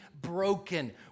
broken